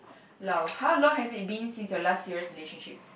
how long has it been since your last serious relationship